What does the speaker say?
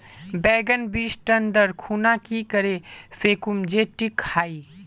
बैगन बीज टन दर खुना की करे फेकुम जे टिक हाई?